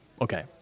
Okay